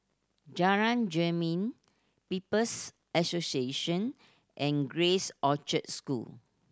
Jalan Jermin People's Association and Grace Orchard School